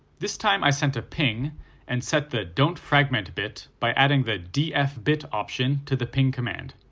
this time i sent a ping and set the don't fragment bit by adding the df-bit option to the ping command.